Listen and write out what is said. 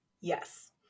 Yes